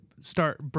start